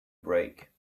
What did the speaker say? break